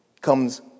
comes